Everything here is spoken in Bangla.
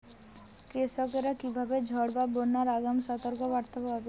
কৃষকেরা কীভাবে ঝড় বা বন্যার আগাম সতর্ক বার্তা পাবে?